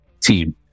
team